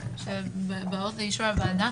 שבאות לאישור הוועדה,